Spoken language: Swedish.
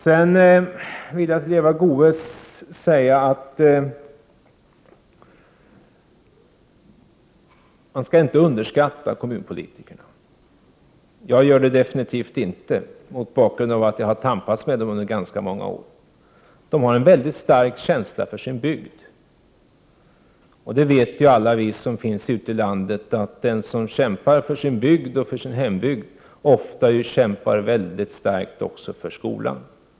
Sedan vill jag säga till Eva Goös att man inte skall underskatta kommunpolitikerna. Jag gör det definitivt inte mot bakgrund av att jag själv har tampats med sådana under ganska många år. De har en väldigt stark känsla för sin bygd. Den som kämpar för sin hembygd kämpar ju också ofta starkt för skolan.